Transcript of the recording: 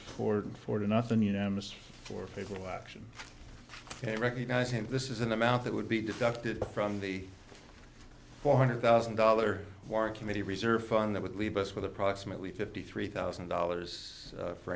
ford four to nothing unanimous for people action they recognize him this is an amount that would be deducted from the four hundred thousand dollar war committee reserve fund that would leave us with approximately fifty three thousand dollars for